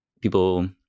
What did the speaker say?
people